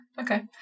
Okay